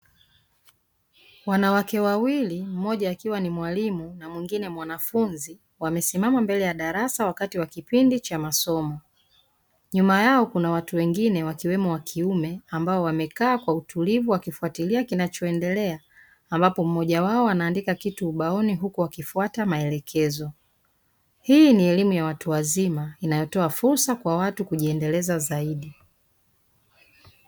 Wanawake wawili (mmoja akiwa mwalimu na mwingine mwanafunzi) wamesimama mbele ya darasa wakati wa kipindi cha masomo, nyuma yao kuna watu wengine wakiwemo wa kiume ambao wamekaa kwa utulivu wakifatilia kinachoendelea, ambapo mmoja wao anaandika kitu ubaoni huku akifUata maelekezo. Hii ni elimu ya watu wazima inayotoa fursa kwa watu kujiendeleza zaidi.